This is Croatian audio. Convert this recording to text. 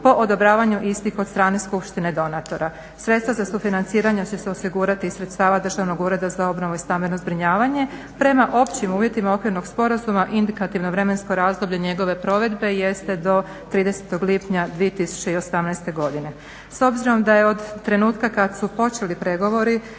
po odobravanju istih od strane skupštine donatora. Sredstva za sufinanciranje će se osigurati iz sredstava Državnog ureda za obnovu i stambeno zbrinjavanje. Prema općim uvjetima okvirnog sporazuma indikativno vremensko razdoblje njegove provedbe jeste do 30. lipnja 2018. godine.